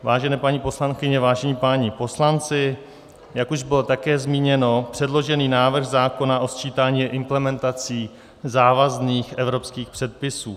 Vážené paní poslankyně, vážení páni poslanci, jak už bylo také zmíněno, předložený návrh zákona o sčítání je implementací závazných evropských předpisů.